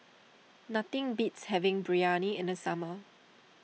nothing beats having Biryani in the summer